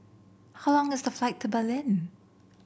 how long is the flight to Berlin